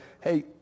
hey